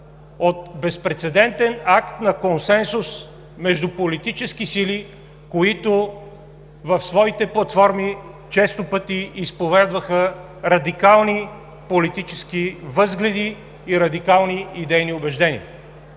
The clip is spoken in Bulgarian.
от безпрецедентен акт на консенсус между политически сили, които в своите платформи често пъти изповядваха радикални политически възгледи и радикални идейни убеждения.